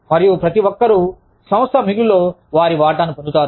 మరియు ప్రతి ఒక్కరూ సంస్థ మిగులు లో వారి వాటాను పొందుతారు